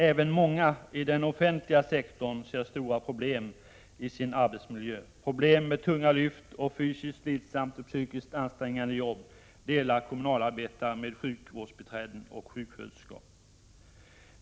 Även många i den offentliga sektorn ser stora problem i sin arbetsmiljö. Problem med tunga lyft och fysiskt slitsamt och psykiskt ansträngande jobb delar kommunalarbetare med sjukvårdsbiträden och sjuksköterskor.